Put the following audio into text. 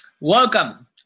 welcome